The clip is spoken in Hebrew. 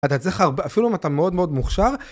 אתה צריך הרבה אפילו אם אתה מאוד מאוד מוכשר